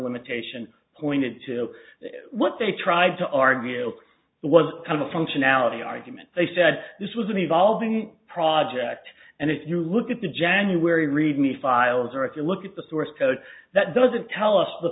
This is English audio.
limitation pointed to what they tried to argue that was kind of functionality argument they said this was an evolving project and if you look at the january read me files or if you look at the source code that doesn't tell us the